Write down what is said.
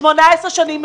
18 שנים.